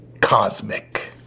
cosmic